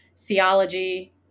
theology